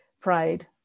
pride